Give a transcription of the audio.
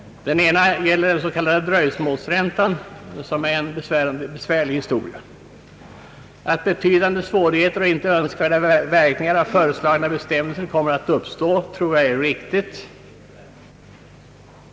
Den ena gäller den s.k. dröjsmålsräntan, som är en besvärlig historia. Att betydande svårigheter och inte önskvärda verkningar av föreslagna bestämmelser kommer att uppstå tror jag är riktigt.